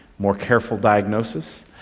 more careful diagnosis,